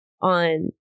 on